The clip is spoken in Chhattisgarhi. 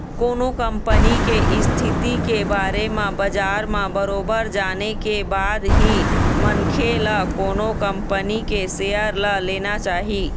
कोनो कंपनी के इस्थिति के बारे म बजार म बरोबर जाने के बाद ही मनखे ल कोनो कंपनी के सेयर ल लेना चाही